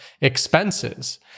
Expenses